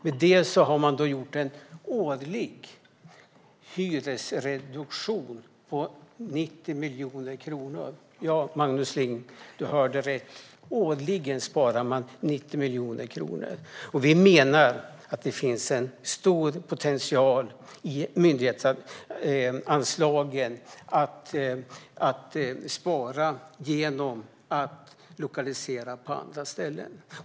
Med det har man gjort en årlig hyresreduktion på 90 miljoner kronor. Ja, Rasmus Ling, du hörde rätt - man sparar årligen 90 miljoner kronor. Vi menar att det finns en stor potential att spara på myndighetsanslagen genom att lokalisera till andra ställen.